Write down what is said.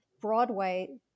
Broadway